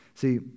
See